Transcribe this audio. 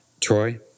Troy